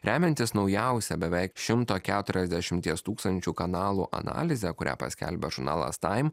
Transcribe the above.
remiantis naujausia beveik šimto keturiasdešimties tūkstančių kanalų analize kurią paskelbė žurnalas taim